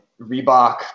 Reebok